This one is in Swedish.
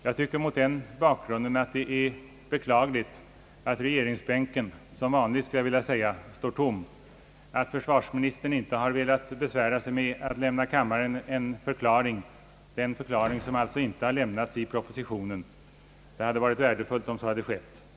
Mot den bakgrunden tycker jag att det är mycket beklagligt att regeringsbänken står tom — som vanligt, skulle jag vilja säga — och att försvarsministern inte har velat besvära sig med att lämna kammaren den förklaring till förfaringssättet som inte har lämnats i propositionen. Det hade varit värdefullt om så hade skett.